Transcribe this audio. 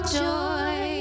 joy